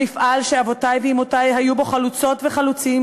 המפעל שאבותי ואמותי היו בו חלוצות וחלוצים